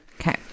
okay